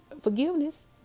forgiveness